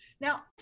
now